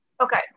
Okay